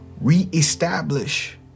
reestablish